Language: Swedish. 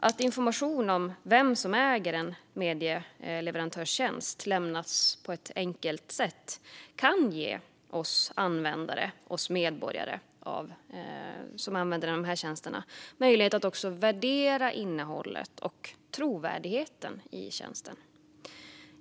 Att information om vem som äger en leverantör av medietjänster lämnas på ett enkelt sätt kan ge oss medborgare som använder dessa tjänster möjlighet att värdera innehållet i och trovärdigheten hos tjänsten.